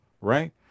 right